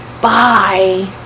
Bye